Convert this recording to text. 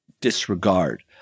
disregard